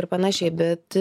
ir panašiai bet